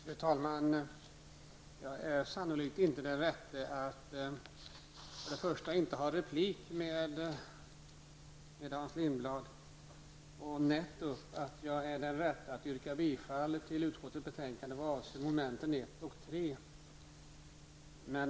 Fru talman! Jag är sannolikt inte den rätte att för det första replikera Hans Lindblad och för det andra att yrka bifall till utskottets hemställan vad avser momenten 1 och 3.